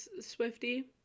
Swifty